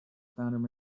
founding